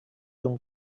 d’un